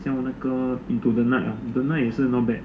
像我那个 into the night ah into the night also not bad